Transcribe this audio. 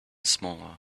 smaller